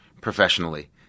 professionally